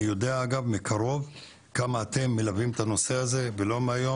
אני יודע מקרוב כמה אתם מלווים את הנושא הזה ולא מהיום.